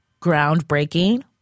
groundbreaking